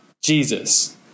Jesus